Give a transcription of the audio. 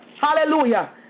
hallelujah